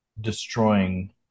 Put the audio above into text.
destroying